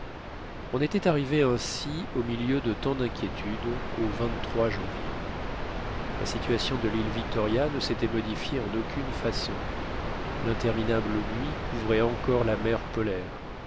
on était arrivé ainsi au milieu de tant d'inquiétudes au janvier la situation de l'île victoria ne s'était modifiée en aucune façon l'interminable nuit couvrait encore la mer polaire